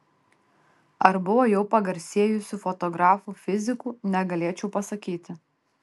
ar buvo jau pagarsėjusių fotografų fizikų negalėčiau pasakyti